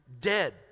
dead